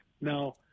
Now